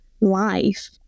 life